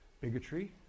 bigotry